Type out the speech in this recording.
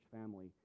family